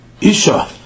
Isha